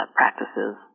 practices